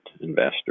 investor